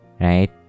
right